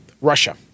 Russia